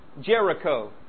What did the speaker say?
Jericho